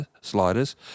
sliders